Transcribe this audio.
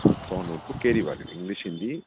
हा सौ नोटबुक कहिड़ी वारी इंग्लिश हिंदी